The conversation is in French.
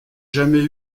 jamais